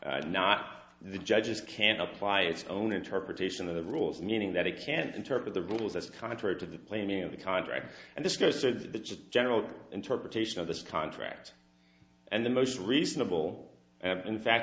not the judges can apply its own interpretation of the rules meaning that they can't interpret the rule that's contrary to the plain meaning of the contract and this goes to the just general interpretation of this contract and the most reasonable and in fact